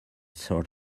sort